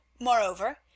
moreover